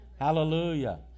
hallelujah